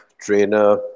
trainer